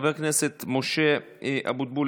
חבר הכנסת משה אבוטבול,